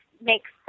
makes